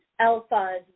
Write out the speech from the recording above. alphas